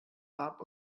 farb